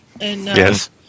Yes